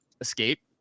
escape